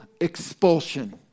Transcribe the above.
expulsion